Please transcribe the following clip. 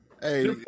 Hey